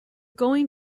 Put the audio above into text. going